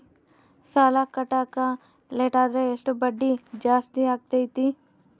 ಸಾಲ ಕಟ್ಟಾಕ ಲೇಟಾದರೆ ಎಷ್ಟು ಬಡ್ಡಿ ಜಾಸ್ತಿ ಆಗ್ತೈತಿ?